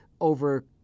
over